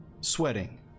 sweating